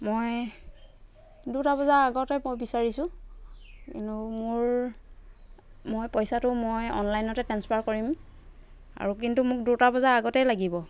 মই দুটা বজাৰ আগতেই মই বিচাৰিছোঁ এনেও মোৰ মই পইছাটো মই অনলাইনতে ট্ৰেন্সফাৰ কৰিম আৰু কিন্তু মোক দুটা বজাৰ আগতেই লাগিব